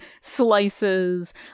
slices